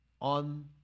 on